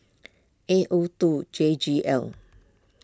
A O two J G L